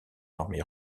armée